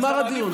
נגמר הוויכוח.